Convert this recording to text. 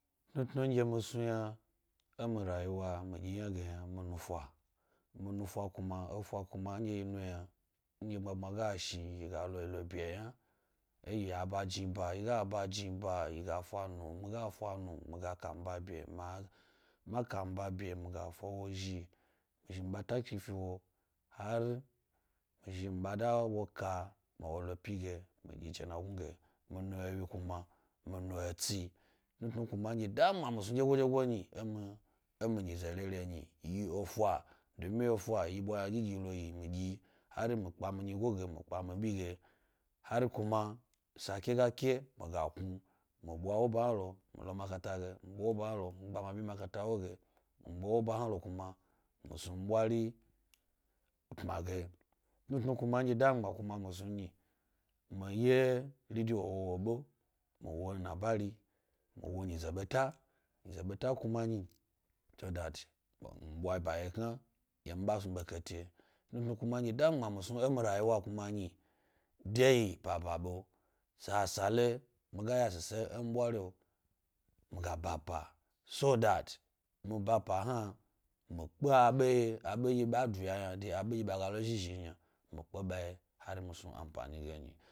Tnutnu nɗye mi snu yna e mi rayi wo yi efa. Efa kuma nɗye yi nu yna nɗye gbmama ga shni gi lo bye yna, y aba iniba, yi ga ba iniba, mi ga fa nu, miga fa nu mi ga kamba bye, ma kamba bye, mi gado wo zhi ke mataki pkewo hari mi zhi mi ɓa da wo ka ma wo lo pi ge a ɗyi jena gnu ge. Mi nu ewyi kuma mi nu etsi, tnutnu kuma ɗye da mi gbma mi snu ɗye goɗye go nyi e mi nyize rere nyi dege efa yi ɓwa ynaɗyi lo yiɗyi hari mi kpa mi nyigo ge, mi kpa ma bi ge hari kuma salhe ga ke, mi ga knu mi ɓwa wo ba hna ho mi gba makata wo ge, mi kna ma bi makatawo ge, mi ɓwa wo ba hna lo kuma mi snu ɓwari pm age. Tnutnu kuma nɗye da mi gbma kuma mi snu nyi, mi ye rediwo wowo ɓe, mi wo nabari, mi wo nyize ɓeta, nyize ɓeta kuma yi mi ɓwa ba wyekna ɗye nɓye da mi gbma mi snu e mi rayiwa nyi, de yi pa ba ɓe. sasale mi ga yashise e mi ɓwari’o, mi ga ba pa so that, mi ba pa hna m, pke abe ye abe ndye ɓa duya yna to abe nɗye ɓa ga lo zhi-zhi nyi gi mi pke ɓa ye snu mi pma yna.